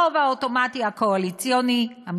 הרוב הקואליציוני האוטומטי,